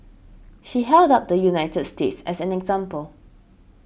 she held up the United States as an example